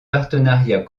partenariats